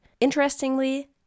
Interestingly